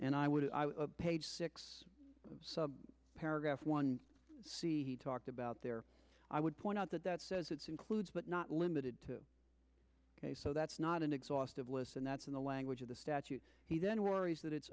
and i would page six paragraph one see he talked about there i would point out that that says it's includes but not limited to so that's not an exhaustive list and that's in the language of the statute he then worries that it's